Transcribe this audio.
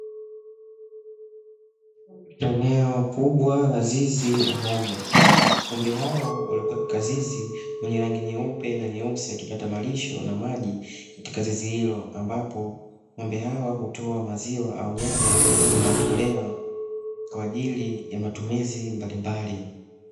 Eneo kubwa la zizi la ng'ombe, ng'ombe hao waliokatika zizi wenye rangi nyeupe na nyeusi wakipata malisho na maji katika zizi hilo, ambapo ng'ombe hawa hutoa maziwa au nyama inayotolewa kwa ajili ya matumizi mbalimbali.